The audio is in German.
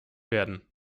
werden